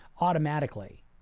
automatically